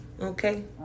okay